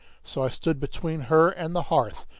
so i stood between her and the hearth,